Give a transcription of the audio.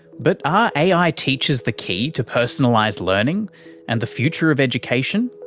but are ai teachers the key to personalised learning and the future of education?